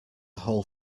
whole